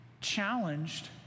challenged